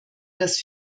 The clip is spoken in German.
das